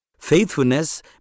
Faithfulness